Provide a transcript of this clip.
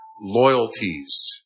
loyalties